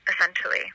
essentially